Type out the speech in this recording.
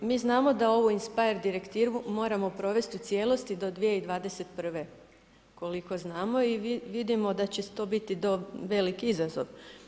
Mi znamo da ovu INSPIRE direktivu moramo provesti u cijelosti do 2021. koliko i znamo i vidimo da će to biti veliki izazov.